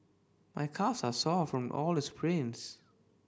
my calves are sore from all the sprints